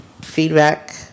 feedback